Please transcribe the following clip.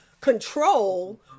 control